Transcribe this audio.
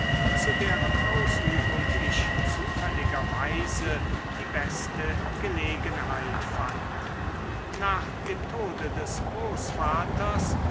zu deren ausübung ich zufälligerweise die beste gelegenheit fand nach dem tode des großvaters